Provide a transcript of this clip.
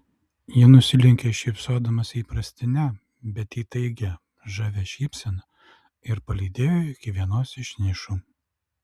ji nusilenkė šypsodamasi įprastine bet įtaigiai žavia šypsena ir palydėjo iki vienos iš nišų